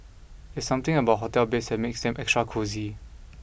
there's something about hotel beds that makes them extra cosy